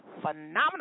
phenomenal